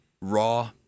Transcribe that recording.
raw